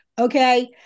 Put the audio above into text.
Okay